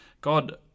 God